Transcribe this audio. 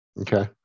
Okay